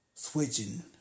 Switching